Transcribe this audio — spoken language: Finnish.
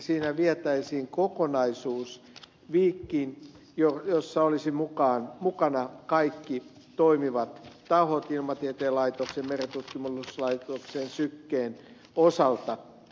siinä vietäisiin kokonaisuus viikkiin ja siinä olisivat mukana kaikki toimivat tahot ilmatieteen laitoksen merentutkimuslaitoksen ja syken osalta